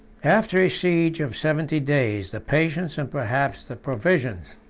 after a siege of seventy days, the patience, and perhaps the provisions,